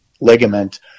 ligament